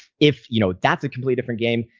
if you know, that's a complete different game.